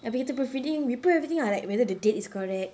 abeh kita proofreading we put everything ah like whether the date is correct